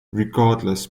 regardless